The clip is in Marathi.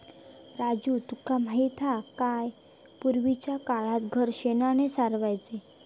राजू तुका माहित हा काय, पूर्वीच्या काळात घर शेणानं सारवायचे